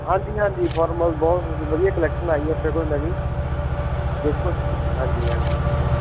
ਹਾਂਜੀ ਹਾਂਜੀ ਫੌਰਮਲ ਬਹੁਤ ਵਧੀਆ ਕਲੈਕਸ਼ਨ ਆਈ ਹੈ ਆਪਣੇ ਕੋਲ ਨਵੀਂ ਵੇਖੋ ਹਾਂਜੀ ਹਾਂਜੀ